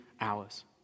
hours